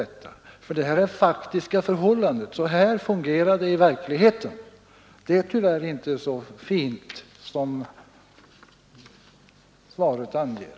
Detta är det faktiska förhållandet, och det fungerar i verkligheten såsom jag angivit. Tyvärr är det inte så fint ordnat, som statsrådets svar anger.